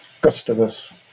Gustavus